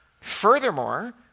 Furthermore